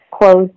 closed